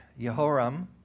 Yehoram